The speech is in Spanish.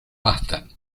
bastan